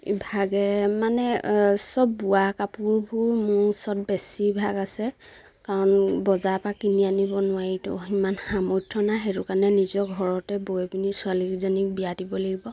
ইভাগে মানে চব বোৱা কাপোৰবোৰ মোৰ ওচৰত বেছিভাগ আছে কাৰণ বজাৰ পৰা কিনি আনিব নোৱাৰিটো ইমান সামৰ্থ্য নাই সেইটো কাৰণে নিজৰ ঘৰতে বৈ পিনি ছোৱালীকিজনীক বিয়া দিব লাগিব